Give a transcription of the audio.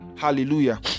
Hallelujah